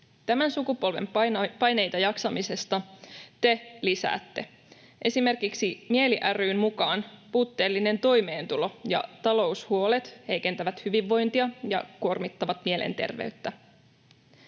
Tämän sukupolven paineita jaksamisesta te lisäätte. Esimerkiksi MIELI ry:n mukaan puutteellinen toimeentulo ja taloushuolet heikentävät hyvinvointia ja kuormittavat mielenterveyttä.